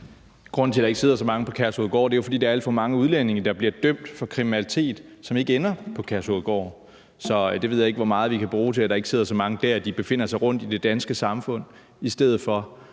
Grunden til, at der ikke sidder så mange på Kærshovedgård, er jo, at der er alt for mange udlændinge, der bliver dømt for kriminalitet og ikke ender på Kærshovedgård. Så jeg ved jeg ikke, hvor meget vi kan det bruge til, at der ikke sidder så mange der. De befinder sig rundt i det danske samfund i stedet for.